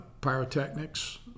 pyrotechnics